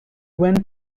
went